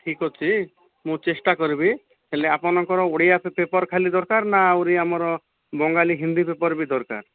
ଠିକ ଅଛି ମୁଁ ଚେଷ୍ଟା କରିବି ହେଲେ ଆପଣଙ୍କର ଓଡ଼ିଆ ପେପର୍ ଖାଲି ଦରକାର ନା ଆହୁରି ଆମର ବଙ୍ଗାଲି ହିନ୍ଦୀ ପେପର୍ ବି ଦରକାର